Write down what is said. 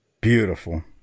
Beautiful